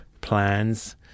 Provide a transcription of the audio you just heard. plans